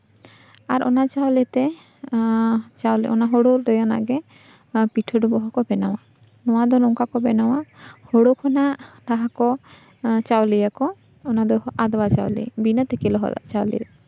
ᱟᱨ ᱚᱱᱟ ᱪᱟᱣᱞᱮ ᱛᱮ ᱚᱱᱟ ᱦᱳᱲᱳ ᱨᱮᱱᱟᱜ ᱜᱮ ᱚᱱᱟ ᱯᱤᱴᱷᱟᱹ ᱰᱩᱸᱵᱩᱜ ᱦᱚᱸᱠᱚ ᱵᱮᱱᱟᱣᱟ ᱱᱚᱣᱟ ᱫᱚ ᱱᱚᱝᱠᱟ ᱠᱚ ᱵᱮᱱᱟᱣᱟ ᱦᱩᱲᱩ ᱠᱷᱚᱱᱟᱜ ᱞᱟᱦᱟ ᱠᱚ ᱪᱟᱣᱞᱮᱭᱟᱠᱚ ᱚᱱᱟ ᱫᱚ ᱟᱫᱣᱟ ᱪᱟᱣᱞᱮ ᱵᱤᱱᱟᱹ ᱛᱤᱠᱤ ᱞᱚᱦᱚᱫᱟᱜ ᱪᱟᱣᱞᱮ